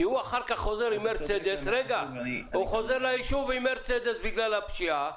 כי הוא אחר כך חוזר ליישוב עם מרצדס בגלל הפשיעה,